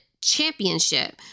Championship